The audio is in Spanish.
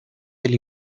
del